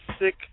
sick